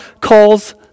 calls